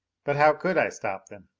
but how could i stop them?